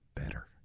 better